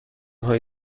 هایی